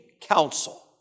counsel